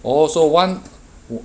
oh so one o~